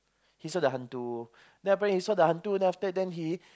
he saw the hantu then what happen after he saw the hantu then after that he